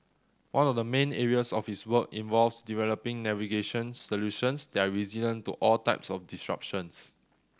one of the main areas of his work involves developing navigation solutions that are resilient to all types of disruptions